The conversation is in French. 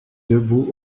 debout